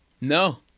No